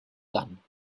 tant